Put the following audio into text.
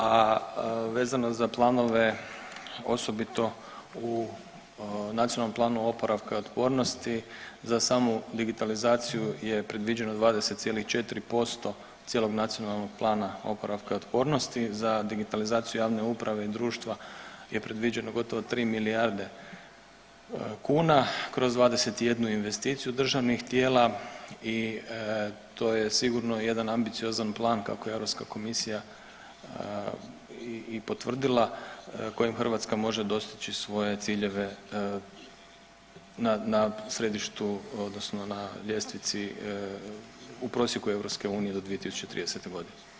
A vezano za planove osobito u Nacionalnom planu oporavka i otpornosti za samu digitalizaciju je predviđeno 20,4% cijelog Nacionalnog plana oporavka i otpornosti, za digitalizaciju javne uprave i društva je predviđeno gotovo 3 milijarde kuna kroz 21 investiciju državnih tijela i to je sigurno jedan ambiciozan plan kako Europska komisija i potvrdila kojim Hrvatska može dostići svoje ciljeve na središtu odnosno na ljestvici u prosjeku EU do 2030. godine.